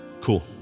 Cool